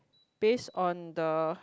based on the